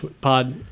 pod